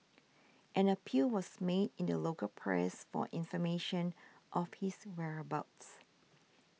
an appeal was made in the local press for information of his whereabouts